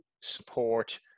support